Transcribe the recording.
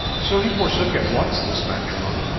so he forsook at once this matrimony,